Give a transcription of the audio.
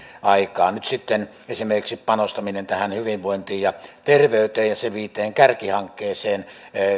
aikaan nyt sitten esimerkiksi panostaminen tähän hyvinvointiin ja terveyteen ja niiden viiteen kärkihankkeeseen